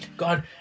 God